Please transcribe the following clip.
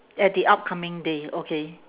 at the upcoming day okay